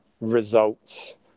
results